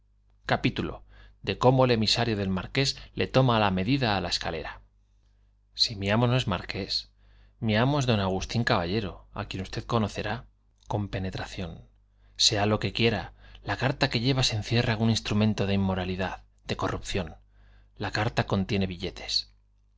capítulo de cómo el emisario del marqués le toma la medida á la escalera si mi amo no es marqués mi amo es don agustín caballero á quien usted conocerá la con penetración sea lo que quiera carta que llevas encierra un instrumento de inmoralidad de corrupción la carta contiene billetes